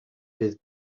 fydd